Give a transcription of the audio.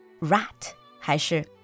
rat还是